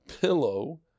pillow